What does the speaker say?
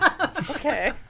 Okay